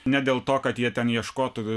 ne dėl to kad jie ten ieškotų